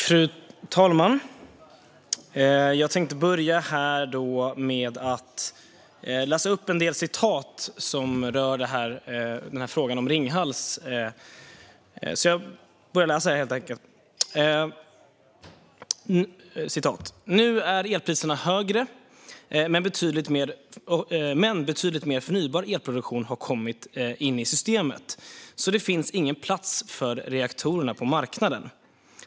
Fru talman! Jag tänkte börja med att läsa upp en del citat som rör frågan om Ringhals. "Nu är elpriserna högre men betydligt mer förnybar elproduktion har kommit i systemet så det finns ingen plats för reaktorerna på marknaden.